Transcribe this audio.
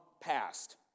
passed